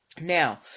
Now